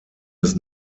des